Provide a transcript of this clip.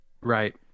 Right